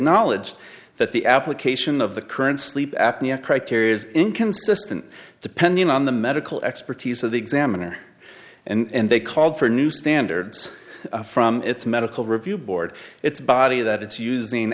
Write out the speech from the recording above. knowledge that the application of the current sleep apnea criteria is inconsistent depending on the medical expertise of the examiner and they called for new standards from its medical review board its body that it's us